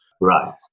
Right